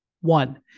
one